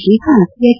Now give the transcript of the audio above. Srikanth H